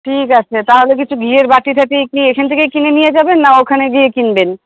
ঠিক আছে তাহলে কিছু ঘিয়ের বাটি ঠাটি কি এখান থেকেই কিনে নিয়ে যাবেন না ওখানে গিয়ে কিনবেন